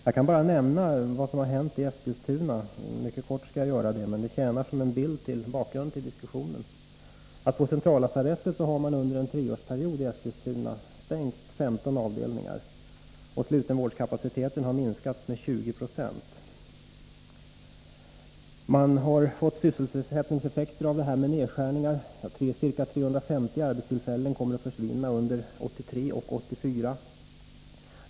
Jag skall mycket kortfattat nämna vad som har hänt i Eskilstuna, eftersom det kan ge en god bakgrund för diskussionen. På centrallasarettet i Eskilstuna har man under en treårsperiod stängt 15 avdelningar, och slutenvårdskapaciteten har minskat med 20 96. Det har blivit sysselsättningseffekter. Ca 350 arbetstillfällen kommer att försvinna under 1983 och 1984.